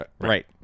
Right